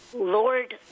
Lord